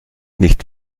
nicht